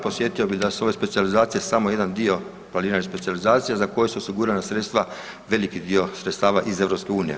Podsjetio bi da su ove specijalizacije samo jedan dio planiranih specijalizacija za koja su osigurana sredstva, veliki dio sredstava iz EU.